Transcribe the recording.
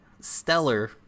Stellar